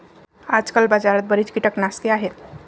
आजकाल बाजारात बरीच कीटकनाशके आहेत